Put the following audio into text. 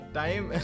time